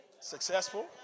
Successful